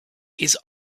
his